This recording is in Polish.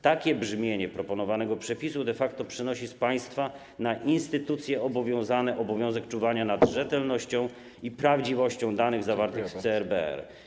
Takie brzmienie proponowanego przepisu de facto przenosi z państwa na instytucje obowiązane obowiązek czuwania nad rzetelnością i prawdziwością danych zawartych w CRBR.